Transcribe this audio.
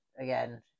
again